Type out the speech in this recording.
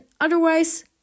otherwise